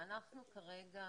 אנחנו כרגע